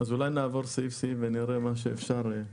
אולי נעבור סעיף-סעיף, ונראה מה אפשר.